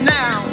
now